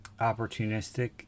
opportunistic